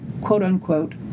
quote-unquote